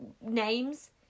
names